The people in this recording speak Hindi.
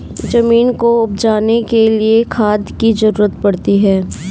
ज़मीन को उपजाने के लिए खाद की ज़रूरत पड़ती है